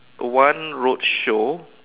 one roadshow